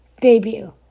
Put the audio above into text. debut